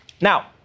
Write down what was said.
Now